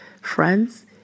friends